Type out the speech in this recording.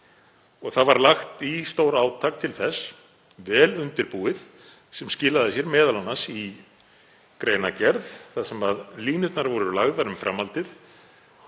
Lagt var í stórátak til þess, vel undirbúið, sem skilaði sér m.a. í greinargerð þar sem línurnar voru lagðar um framhaldið